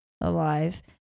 alive